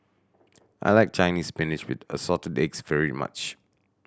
I like Chinese Spinach with Assorted Eggs very much